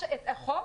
את מה?